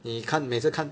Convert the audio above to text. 你看每次看